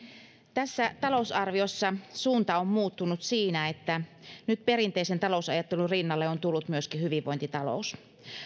tässä talousarviossa suunta on muuttunut siinä että nyt perinteisen talousajattelun rinnalle on tullut myöskin hyvinvointitalous